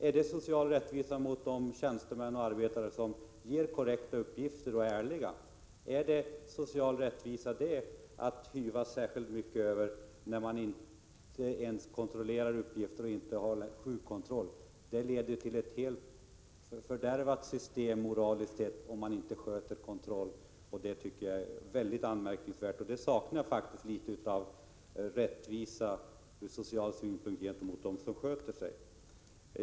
Är det social rättvisa mot de tjänstemän och arbetare som ger korrekta uppgifter och är ärliga? Är det någon social rättvisa att yvas särskilt mycket över när man inte ens kontrollerar uppgifterna och inte har någon sjukkontroll? Systemet fördärvas moraliskt sett om man inte sköter kontrollen. Jag tycker att detta är anmärkningsvärt, och här saknar jag faktiskt litet av rättvisa ur social synpunkt gentemot dem som sköter sig.